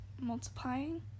multiplying